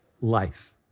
life